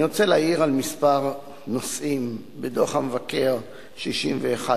אני רוצה להעיר על כמה נושאים בדוח המבקר 61ב,